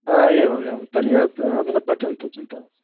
हा एवम् एवं तर्हि अधुना पठन्तु चिन्ता नास्ति